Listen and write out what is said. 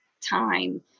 time